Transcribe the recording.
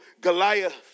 Goliath